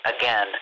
again